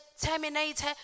Terminate